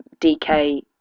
dk